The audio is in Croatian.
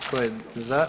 Tko je za?